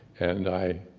and i